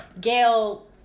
Gail